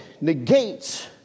negates